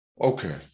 okay